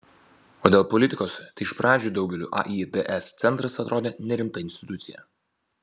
o dėl politikos tai iš pradžių daugeliui aids centras atrodė nerimta institucija